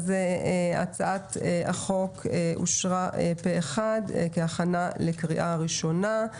הצעת החוק אושרה פה אחד כהכנה לקריאה ראשונה.